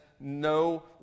no